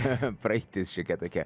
cha cha praeitis šiokia tokia